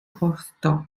rostock